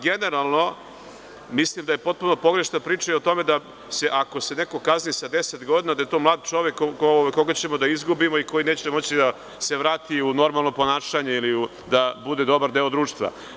Generalno, mislim da je potpuno pogrešna priča i o tome da ako se neko kazni sa 10 godina, da je to mlad čovek kojeg ćemo da izgubimo i koji neće moći da se vrati u normalno ponašanje ili da bude dobar deo društva.